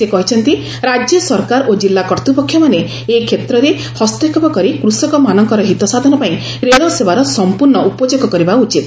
ସେ କହିଛନ୍ତି ରାଜ୍ୟ ସରକାର ଓ ଜିଲ୍ଲା କର୍ତ୍ତ୍ୱପକ୍ଷମାନେ ଏ କ୍ଷେତ୍ରରେ ହସ୍ତକ୍ଷେପ କରି କୃଷକମାନଙ୍କର ହିତସାଧନପାଇଁ ରେଳସେବାର ସମ୍ପର୍ଶ୍ଣ ଉପଯୋଗ କରିବା ଉଚିତ